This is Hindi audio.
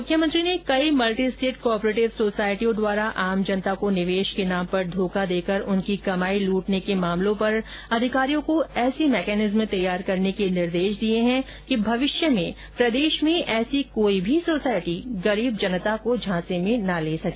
मुख्यमंत्री ने कई मल्टी स्टेट को ऑपरेटिव सोसायटियों द्वारा आम जनता को निवेश के नाम पर धोखा देकर उनकी कमाई लूटने के मामलों पर अधिकारियों को ऐसा मैकेनिज्म तैयार करने के निर्देश दिए कि भविष्य में प्रदेश में ऐसी कोई भी सोसायटी गरीब जनता को झांसे में नहीं ले सके